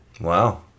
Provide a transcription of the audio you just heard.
Wow